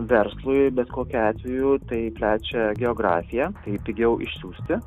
verslui bet kokiu atveju tai plečia geografiją tai pigiau išsiųsti